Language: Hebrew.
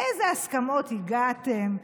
לאיזה הסכמות הגעתם?